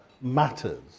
matters